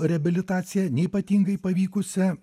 reabilitaciją neypatingai pavykusią